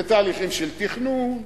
אלה תהליכים של תכנון,